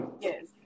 Yes